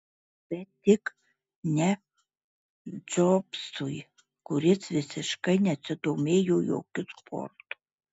bet tik ne džobsui kuris visiškai nesidomėjo jokiu sportu